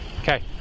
Okay